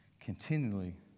Continually